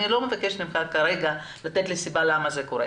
אני לא מתעקשת שתיתנו לי סיבה למה זה קורה,